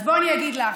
אז בואי ואגיד לך.